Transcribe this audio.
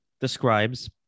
describes